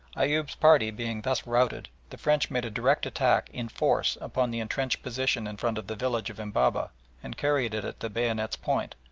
eyoub's party being thus routed, the french made a direct attack in force upon the entrenched position in front of the village of embabeh and carried it at the bayonet's point,